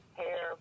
hair